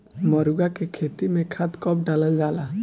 मरुआ के खेती में खाद कब डालल जाला?